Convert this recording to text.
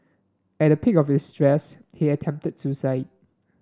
at the peak of his stress he attempted suicide